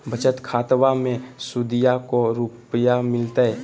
बचत खाताबा मे सुदीया को रूपया मिलते?